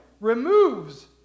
removes